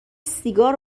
سیگار